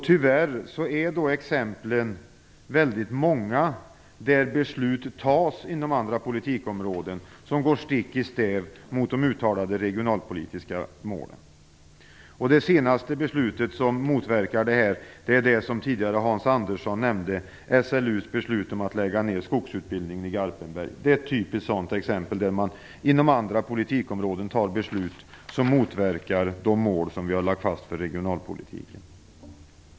Tyvärr finns det väldigt många exempel på beslut som fattas inom andra politikområden, vilka går stick i stäv med de uttalade regionalpolitiska målen. Det senaste beslutet som motverkar arbetet för regional balans är det som Hans Andersson tidigare nämnde, Garpenberg. Det är ett typiskt sådant exempel, där man inom andra politikområden fattar beslut som motverkar de mål som vi har lagt fast för regionalpolitiken.